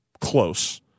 close